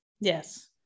Yes